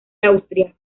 austria